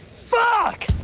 fuck!